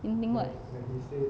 hinting what